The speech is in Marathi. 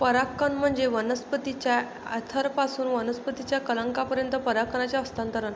परागकण म्हणजे वनस्पतीच्या अँथरपासून वनस्पतीच्या कलंकापर्यंत परागकणांचे हस्तांतरण